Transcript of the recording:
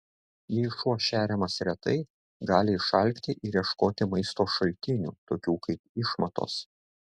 jei šuo šeriamas retai gali išalkti ir ieškoti maisto šaltinių tokių kaip išmatos